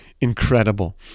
incredible